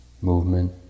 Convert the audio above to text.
movement